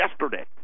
yesterday